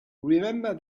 remember